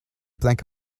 plank